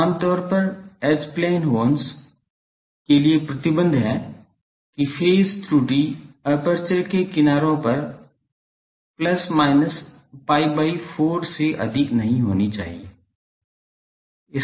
आमतौर पर H plane horns के लिए प्रतिबंध है की फेज त्रुटि एपर्चर के किनारों पर plus minus pi by 4 से अधिक नहीं होनी चाहिए